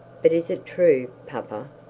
but is it true, papa